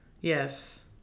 yes